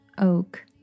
oak